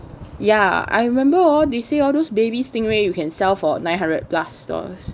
ya I remember orh they say orh those baby stingray you can sell for nine hundred plus dollars